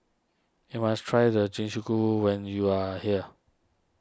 you must try the when you are here